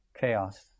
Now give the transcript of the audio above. chaos